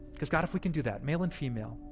because god, if we can do that, male and female,